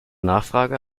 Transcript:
nachfrage